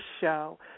show